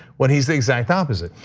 when he's the exact opposite.